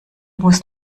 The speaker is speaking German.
muss